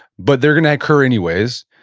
but they're going to occur anyways,